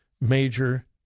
major